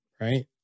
Right